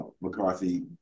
McCarthy